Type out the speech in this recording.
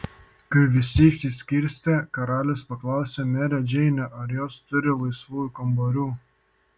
kai visi išsiskirstė karalius paklausė merę džeinę ar jos turi laisvų kambarių